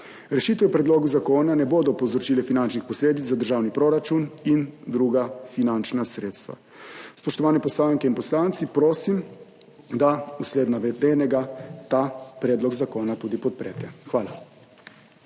Rešitve v predlogu zakona ne bodo povzročile finančnih posledic za državni proračun in druga finančna sredstva. Spoštovane poslanke in poslanci, prosim, da vsled navedenega ta predlog zakona tudi podprete. Hvala.